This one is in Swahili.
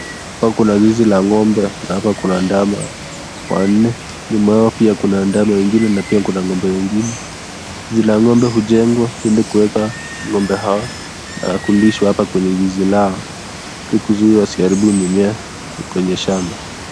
Hapa kuna zizi la ngombe na hapa kuna ndama wanne, nyuma yao pia kuna ndama wengine na pia kuna ngombe wengine, zizi haya hujengwa ili kuweka ngombe hawa hapa na kulishwa kwenye zizi lao ili kuzuia wasiharibu mimea kwenye shamba.